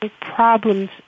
problems